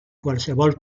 qualsevol